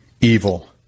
evil